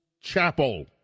chapel